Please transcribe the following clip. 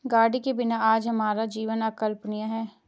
गाड़ी के बिना आज हमारा जीवन अकल्पनीय है